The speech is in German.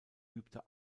übte